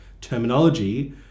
terminology